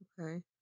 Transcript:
Okay